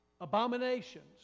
abominations